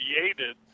created